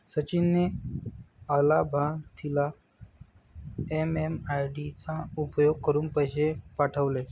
सचिन ने अलाभार्थीला एम.एम.आय.डी चा उपयोग करुन पैसे पाठवले